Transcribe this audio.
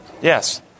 Yes